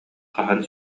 хаһан